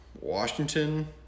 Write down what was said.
Washington